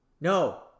No